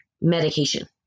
medication